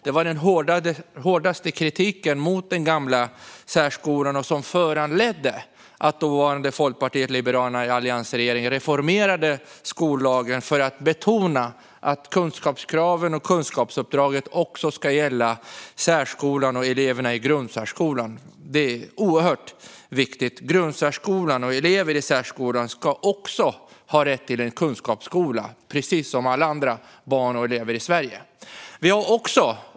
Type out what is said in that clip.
Det var den hårdaste kritiken mot den gamla särskolan, och den föranledde att dåvarande Folkpartiet liberalerna i alliansregeringen reformerade skollagen för att betona att kunskapskraven och kunskapsuppdraget också ska gälla eleverna i grundsärskolan. Det är oerhört viktigt. Grundsärskolan och elever i särskolan ska också ha rätt till en kunskapsskola, precis som alla andra barn och elever i Sverige.